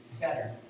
better